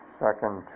second